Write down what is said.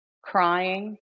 Crying